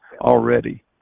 already